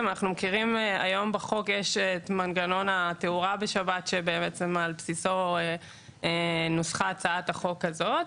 היום בחוק יש את מנגנון התאורה בשבת שעל בסיסו נוסחה הצעת החוק הזאת,